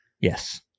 Yes